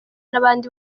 n’abandi